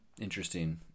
interesting